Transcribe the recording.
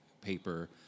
paper